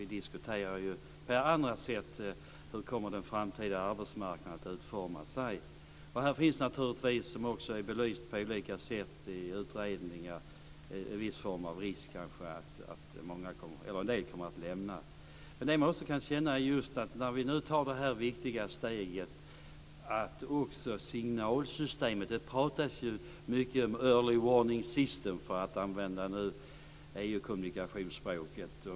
Vi diskuterar ju på andra sätt hur den framtida arbetsmarknaden kommer att utforma sig. Här finns naturligtvis också som är belyst på olika sätt i utredningar en viss form av risk för att en del kommer att lämna kommunen. Det man också kan känna, när vi nu tar det här viktiga steget, gäller också signalsystemet. Det pratas ju mycket om early warning system för att använda EU:s kommunikationsspråk.